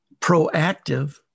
proactive